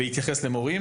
בהתייחס למורים,